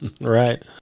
Right